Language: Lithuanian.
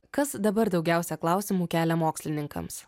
kas dabar daugiausia klausimų kelia mokslininkams